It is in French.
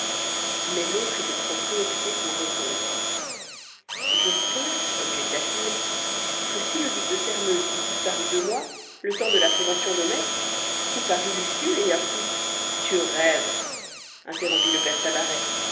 mais l'autre était trop préoccupé pour répondre je pense objecta t il que si le duc de sairmeuse eût disparu deux mois le temps de la prévention de mai tout paris l'eût su et ainsi tu rêves interrompit le père tabaret